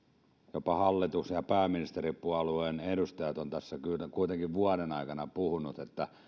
jopa hallituksen ja pääministeripuolueen edustajat ovat tässä vuoden aikana puhuneet